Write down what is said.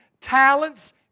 talents